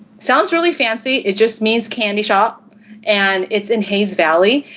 sounds really fancy, it just means candy shop and it's in hayes valley.